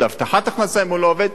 הבטחת הכנסה אם הוא לא עובד,